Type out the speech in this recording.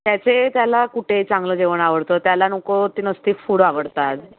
त्याचे त्याला कुटे चांगलं जेवण आवडतं त्याला नको ते नुसती फूड आवडतात